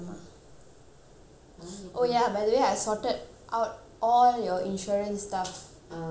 oh ya by the way I sorted out all your insurance stuff and nina's and mine